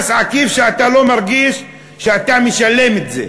מס עקיף, אתה לא מרגיש שאתה משלם את זה.